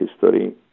history